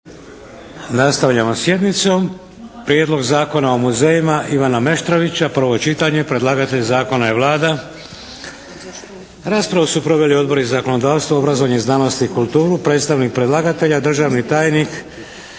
Nastavljamo sjednicom. 2. Prijedlog Zakona o muzejima Ivana Meštrovića, prvo čitanje, P.Z.br. 629 Predlagatelj Zakona je Vlada. Raspravu su proveli Odbori za zakonodavstvo, obrazovanje, znanost i kulturu. Predstavnik predlagatelja, državni tajnik